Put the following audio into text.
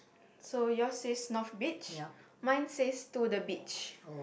so yours says north beach mine says to the beach